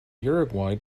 uruguay